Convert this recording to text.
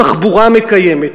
בתחבורה מקיימת,